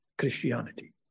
christianity